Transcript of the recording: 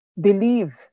Believe